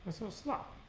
so slow